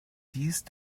these